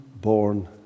born